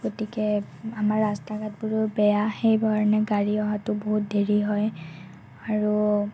গতিকে আমাৰ ৰাস্তা ঘাটবোৰো বেয়া সেইকাৰণে গাড়ী অহাতো বহুত দেৰি হয় আৰু